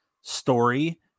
story